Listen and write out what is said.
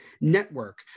network